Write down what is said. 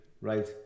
right